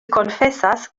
konfesas